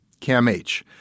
CAMH